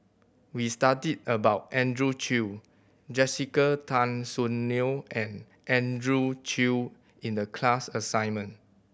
we studied about Andrew Chew Jessica Tan Soon Neo and Andrew Chew in the class assignment